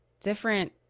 different